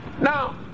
Now